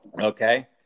Okay